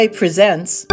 presents